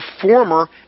former